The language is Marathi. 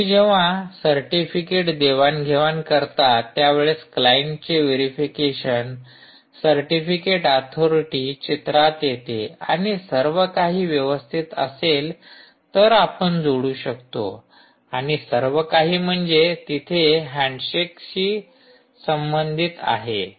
तुम्ही जेव्हा सर्टिफिकेट देवाण घेवाण करता त्यावेळेस क्लाइंटचे व्हेरिफिकेशन सर्टिफिकेट ऍथॉरिटी चित्रात येते आणि सर्व काही व्यवस्थित असेल तर आपण जोडू शकतो आणि सर्व काही म्हणजे तिथे हँडशेक संबंधित आहे